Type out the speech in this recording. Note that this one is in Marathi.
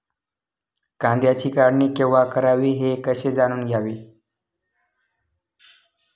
कांद्याची काढणी केव्हा करावी हे कसे जाणून घ्यावे?